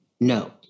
no